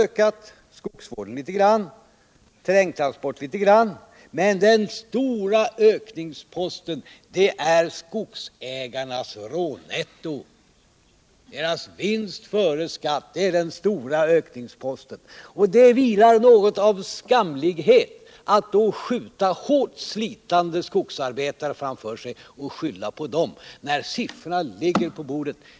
Kostnaderna för skogsvården har också ökat litet grand, likaså terrängtransporter, men den stora ökningsposten är skogsägarnas rånetto, dvs. deras vinst före skatt. Det är skamligt att skjuta hårt slitande skogsarbetare framför sig och skylla på dem när siffrorna ligger på bordet.